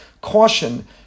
caution